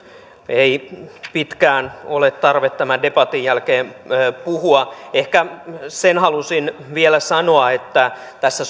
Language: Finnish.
ei pitkään ole tarve tämän debatin jälkeen puhua ehkä sen halusin vielä sanoa että tässä